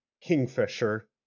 Kingfisher